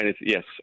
yes